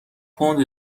پوند